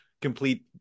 complete